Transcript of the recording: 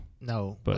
No